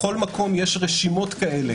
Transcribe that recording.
בכל מקום יש רשימות כאלה,